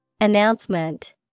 announcement